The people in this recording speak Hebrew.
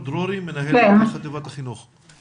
מבחינת הרלב"ד הנושא הזה נמצא,